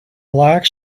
black